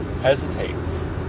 hesitates